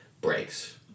breaks